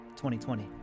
2020